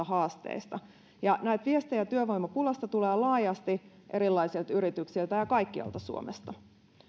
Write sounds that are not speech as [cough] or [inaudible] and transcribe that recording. [unintelligible] haasteista ja näitä viestejä työvoimapulasta tulee laajasti erilaisilta yrityksiltä ja kaikkialta suomesta